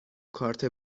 کارت